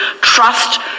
trust